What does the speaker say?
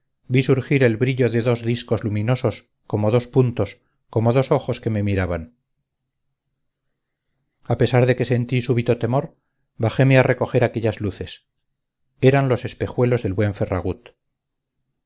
vi surgir el brillo de dos discos luminosos como dos puntos como dos ojos que me miraban a pesar de que sentí súbito temor bajeme a recoger aquellas luces eran los espejuelos del buen ferragut